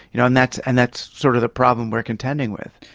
you know and that's and that's sort of the problem we are contending with.